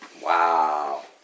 Wow